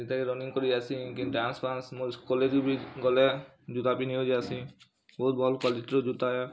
ଯୁତା କେ ରନିଙ୍ଗ୍ କରି ଆସି କି ଡ୍ୟାନ୍ସ ଫନ୍ସ ମୋର୍ କଲେଜ୍ ବି ଗଲେ ଯୁତା ପିନ୍ଧିକରି ଯାଇସି ବହୁତ୍ ଭଲ୍ କ୍ୟାଲିଟିର ଯୁତା